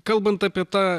kalbant apie tą